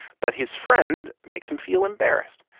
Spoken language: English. but his friend makes him feel embarrassed.